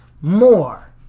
more